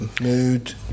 mood